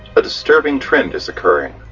a disturbing trend is occurring.